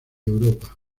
europa